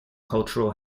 cultural